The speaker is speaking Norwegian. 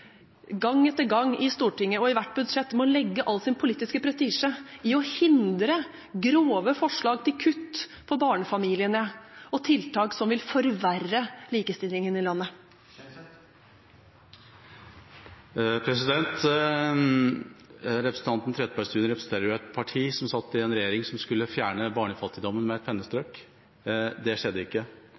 gang etter gang i Stortinget og i hvert budsjett – må legge all sin politiske prestisje i å hindre grove forslag til kutt til barnefamiliene og tiltak som vil forverre likestillingen i landet? Representanten Trettebergstuen representerer et parti som satt i en regjering som skulle fjerne barnefattigdommen med et pennestrøk. Det skjedde ikke.